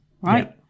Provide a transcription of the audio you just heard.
right